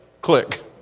click